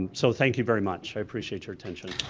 and so thank you very much. i appreciate your attention.